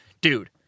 Dude